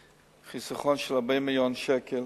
חיסכון של 40 מיליון שקל,